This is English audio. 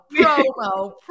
promo